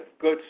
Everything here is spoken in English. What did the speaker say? good